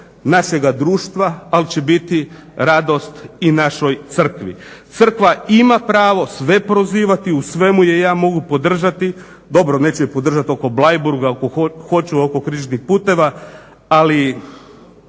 našega društva al će biti radost i našoj crkvi. Crkva ima pravo sve prozivati, u svemu je ja mogu podržati, dobro neću je podržati oko Bleiburga, hoću oko Križnih puteva, ali